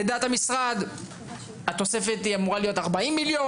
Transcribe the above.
לדעת המשרד התוספת אמורה להיות 40 מיליון?